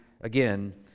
again